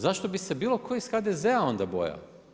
Zašto bi se bilo tko iz HDZ-a onda bojao?